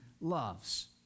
loves